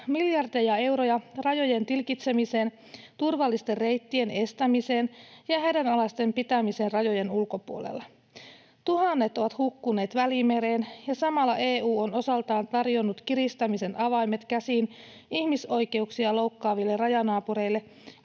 miljardeja euroja rajojen tilkitsemiseen, turvallisten reittien estämiseen ja hädänalaisten pitämiseen rajojen ulkopuolella. Tuhannet ovat hukkuneet Välimereen. Samalla EU on osaltaan tarjonnut kiristämisen avaimet ihmisoikeuksia loukkaavien rajanaapureiden,